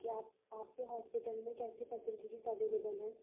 کیا آپ آپ کے ہاسپٹل میں کیسی فیسلٹیز اویلیبل ہیں